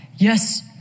Yes